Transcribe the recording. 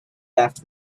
after